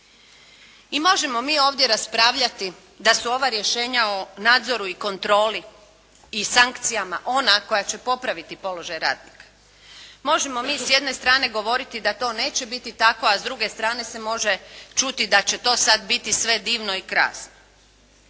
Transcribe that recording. I možemo mi ovdje raspravljati da su ova rješenja o nadzoru i kontroli i sankcijama ona koja će popraviti položaj radnika. Možemo mi s jedne strane govoriti da to neće biti tako, a s druge strane se može čuti da će to sada biti sve divno i krasno.